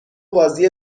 بازی